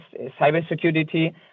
cybersecurity